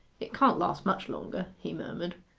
it can't last much longer he murmured,